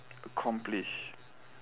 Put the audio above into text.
accomplish